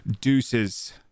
deuces